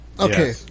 Okay